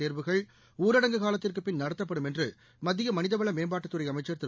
தேர்வுகள் ஊரடங்கு காலத்திற்கு பின் நடத்தப்படும் என்று மத்திய மனிதவள மேம்பாட்டுத்துறை அமைச்சர் திரு